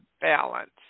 balance